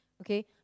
Okay